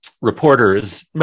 reporters